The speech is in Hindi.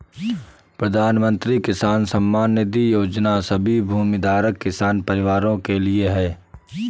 प्रधानमंत्री किसान सम्मान निधि योजना सभी भूमिधारक किसान परिवारों के लिए है